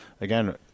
Again